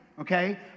okay